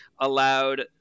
allowed